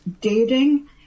dating